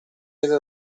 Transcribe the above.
vede